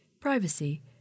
privacy